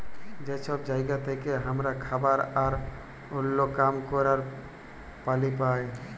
যে সব জায়গা থেক্যে হামরা খাবার আর ওল্য কাম ক্যরের পালি পাই